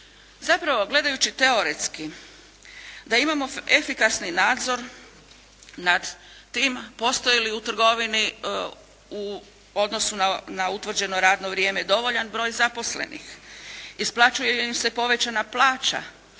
Zapravo gledajući teoretski da imamo efikasni nadzor nad tim postoji li u trgovini u odnosu na utvrđeno radno vrijeme dovoljan broj zaposlenih, isplaćuje li im se povećana plaća.